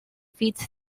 fits